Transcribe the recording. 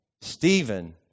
Stephen